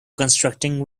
constructing